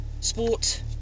sport